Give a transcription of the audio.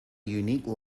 unique